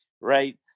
right